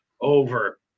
over